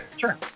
Sure